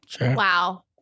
Wow